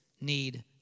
need